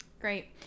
great